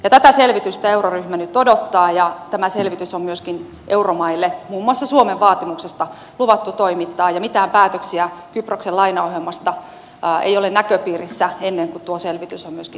tätä selvitystä euroryhmä nyt odottaa ja tämä selvitys on myöskin euromaille muun muassa suomen vaatimuksesta luvattu toimittaa ja mitään päätöksiä kyproksen lainaohjelmasta ei ole näköpiirissä ennen kuin tuo selvitys on myöskin saatu